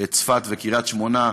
צפת וקריית שמונה,